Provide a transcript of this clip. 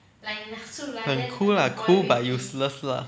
很 cool lah cool but useless lah